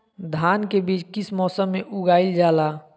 धान के बीज किस मौसम में उगाईल जाला?